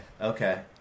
Okay